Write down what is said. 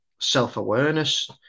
self-awareness